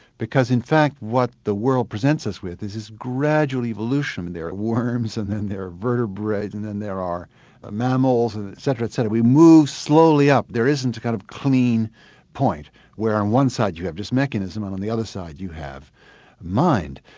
because in fact what the world presents us with is this gradual evolution and there are worms, and then there are vertebrate and then there are ah mammals and etc. etc. we move slowly up, there isn't a kind of clinging point where on one side you have just mechanism and on the other side you have mind.